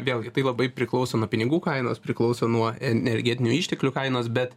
vėlgi tai labai priklauso nuo pinigų kainos priklauso nuo energetinių išteklių kainos bet